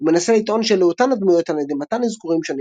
הוא מנסה לטעון שאלו אותן הדמויות על ידי מתן אזכורים שונים